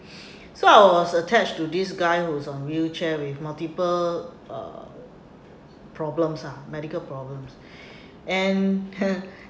so I was attached to this guy who's on wheelchair with multiple uh problems lah medical problems and